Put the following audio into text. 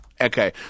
okay